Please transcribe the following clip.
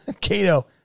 Cato